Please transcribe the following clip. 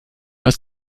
aus